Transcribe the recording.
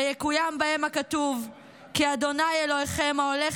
ויקוים בהם הכתוב: 'כי ה' אלהיכם ההלך